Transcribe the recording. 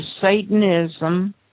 Satanism